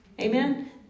Amen